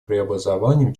преобразованиям